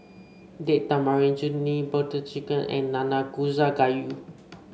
Date Tamarind Chutney Butter Chicken and Nanakusa Gayu